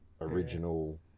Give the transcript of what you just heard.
original